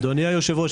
אדוני היושב-ראש,